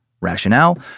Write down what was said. Rationale